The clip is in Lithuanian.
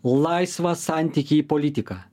laisvą santykį į politiką